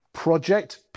Project